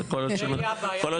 כל עוד